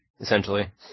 essentially